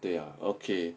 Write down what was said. ya okay